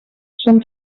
són